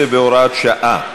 15 והוראת שעה),